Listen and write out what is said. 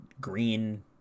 green